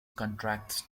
contracts